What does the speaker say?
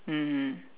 mmhmm